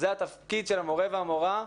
זה התפקיד של המורה והמורה,